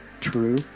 true